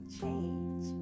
change